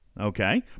Okay